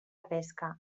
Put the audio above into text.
pesca